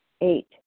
Eight